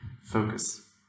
focus